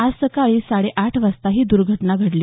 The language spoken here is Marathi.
आज सकाळी साडे आठ वाजता ही दुर्घटना घडली